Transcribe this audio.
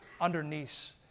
underneath